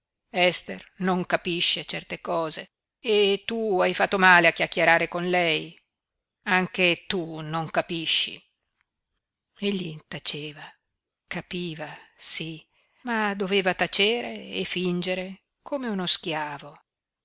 ester non capisce certe cose e tu hai fatto male a chiacchierare con lei anche tu non capisci egli taceva capiva sí ma doveva tacere e fingere come uno schiavo